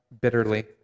bitterly